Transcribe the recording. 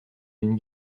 une